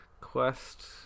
Quest